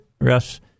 Russ